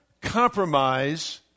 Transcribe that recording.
compromise